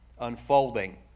unfolding